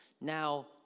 Now